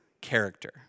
character